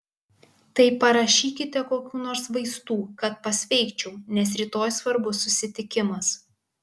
tai parašykite kokių nors vaistų kad pasveikčiau nes rytoj svarbus susitikimas